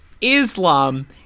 Islam